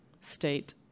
state